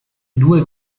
due